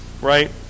right